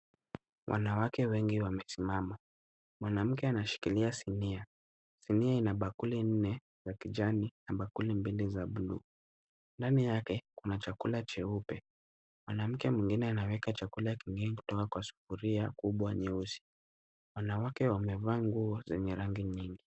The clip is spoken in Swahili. Wanawake wengi wamesimama. Mwanamke anashikilia sinia. Sinia ina bakuli nne za kijani na bakuli mbili za buluu. Ndani yake kuna chakula cheupe. Mwanamke mwingine anaweka chakula kingine kutoka kwa sufuria kubwa nyeusi. Wanawake wamevaa nguo zenye rangi nyingi.